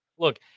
Look